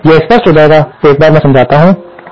इसलिए यह स्पष्ट हो जाएगा एक बार मैं यह समझाता हूं